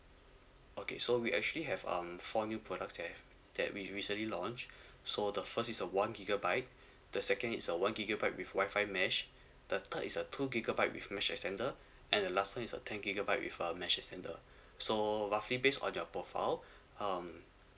okay so we actually have um four new products that that we recently launched so the first is a one gigabyte the second is a one gigabyte with Wi-Fi mesh the third is a two gigabyte with a mesh extender and the last one a ten gigabyte with a mesh extender so uh roughly based on your profile um